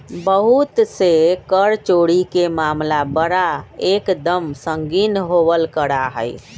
बहुत से कर चोरी के मामला बड़ा एक दम संगीन होवल करा हई